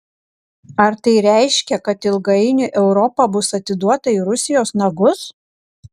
ar tai reiškia kad ilgainiui europa bus atiduota į rusijos nagus